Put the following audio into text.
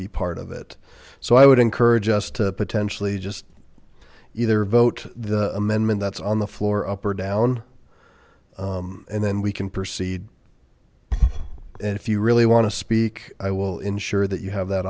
be part of it so i would encourage us to potentially just either vote the amendment that's on the floor up or down and then we can proceed and if you really want to speak i will ensure that you have that